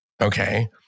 Okay